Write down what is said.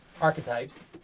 archetypes